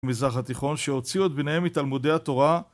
מזרח התיכון שהוציאו את בניהם מתלמודי התורה